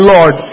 Lord